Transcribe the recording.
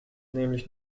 nämlich